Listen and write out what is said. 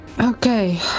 Okay